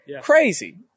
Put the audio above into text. Crazy